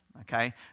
okay